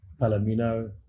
Palomino